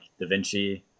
DaVinci